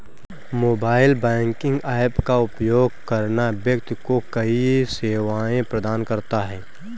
mobile banking app का उपयोग करना व्यक्ति को कई सेवाएं प्रदान करता है